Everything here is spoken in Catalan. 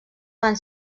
van